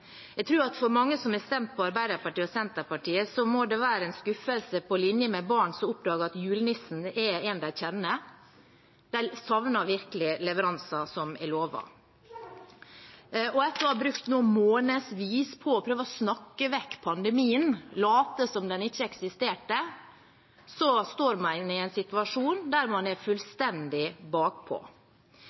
Jeg tror at for mange som har stemt på Arbeiderpartiet og Senterpartiet, må det være en skuffelse på linje med når barn oppdager at julenissen er en de kjenner – de savner virkelig leveranser som er lovet. Etter nå å ha brukt månedsvis på å prøve å snakke vekk pandemien, late som om den ikke eksisterte, står vi i en situasjon der man er fullstendig